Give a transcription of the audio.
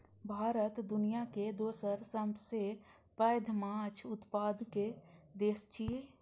भारत दुनियाक दोसर सबसं पैघ माछ उत्पादक देश छियै